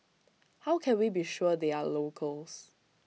how can we be sure they are locals